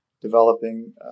developing